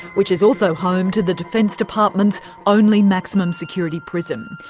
which is also home to the defence department's only maximum security prison.